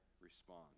respond